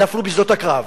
נפלו בשדות הקרב.